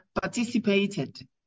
participated